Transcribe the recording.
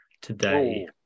today